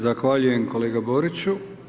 Zahvaljujem kolega Boriću.